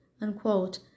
unquote